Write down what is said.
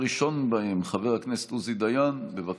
הראשון בהם, חבר הכנסת עוזי דיין, בבקשה.